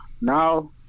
Now